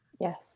Yes